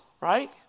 Right